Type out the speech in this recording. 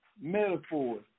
metaphors